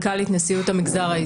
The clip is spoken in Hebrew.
היושב-ראש,